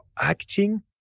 acting